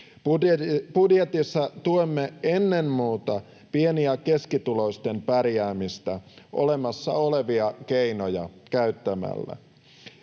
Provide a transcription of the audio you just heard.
Budjetissa tuemme ennen muuta pieni‑ ja keskituloisten pärjäämistä olemassa olevia keinoja käyttämällä.